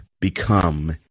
become